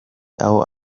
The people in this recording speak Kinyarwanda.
aho